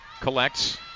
collects